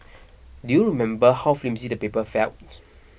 do you remember how flimsy the paper felt